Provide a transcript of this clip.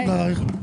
להאריך.